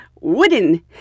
wooden